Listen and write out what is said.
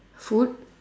food